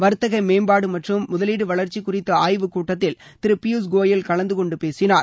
வர்த்தக மேம்பாடு மற்றும் முதலீடு வளர்ச்சி குறித்த ஆய்வுக் கூட்டத்தில் திரு பியூஷ் கோயல் கலந்து கொண்டு பேசினார்